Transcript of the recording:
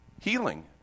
healing